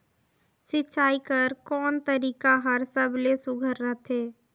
सिंचाई कर कोन तरीका हर सबले सुघ्घर रथे?